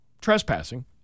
trespassing